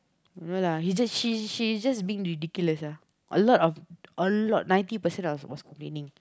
no lah he just she's she's just being ridiculous lah a lot of a lot ninety percent of was complaining